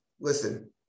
listen